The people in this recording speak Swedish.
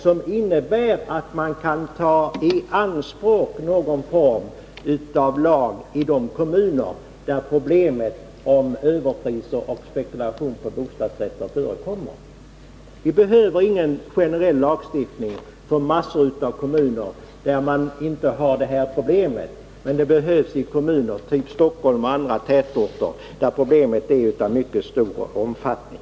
Den innebär att man kan taianspråk någon form av lag i de kommuner där problem med överpriser på och spekulation i bostadsrätter förekommer. Vi behöver ingen generell lag, som skulle gälla också i massor av kommuner där man inte har dessa problem, men en ny lag behövs i kommuner av typen Stockholm och andra tätorter där problemen är av mycket stor omfattning.